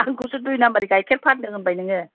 आंखौसो दुय नामबारि गाइखेर फानदों होनबाय नोङो